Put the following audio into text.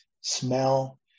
smell